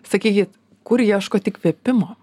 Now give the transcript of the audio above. sakykit kur ieškot įkvėpimo